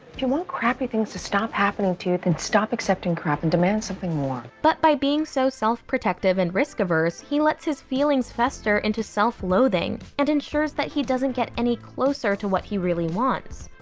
you want crappy things to stop happening to you, then stop accepting crap and demand something more. but by being so self-protective and risk-averse, he lets his feelings fester into self-loathing and ensures that he doesn't get any closer to what he really wants.